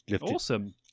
Awesome